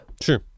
Sure